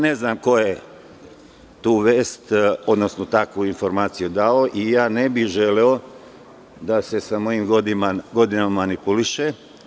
Ne znam ko je takvu informaciju dao, ali ja ne bih želeo da se sa mojim godinama manipuliše.